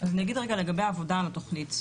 אני אגיד קודם לגבי העבודה על התוכנית.